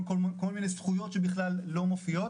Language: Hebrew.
כל מיני זכויות שבכלל לא מופיעות.